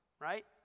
right